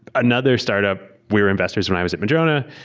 another startup, we were investors when i was at madrona,